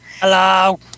Hello